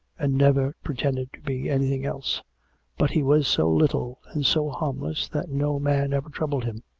and never pretended to be anything else but he was so little and so harmless that no man ever troubled him.